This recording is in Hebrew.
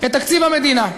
את תקציב המדינה.